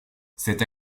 cette